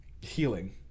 healing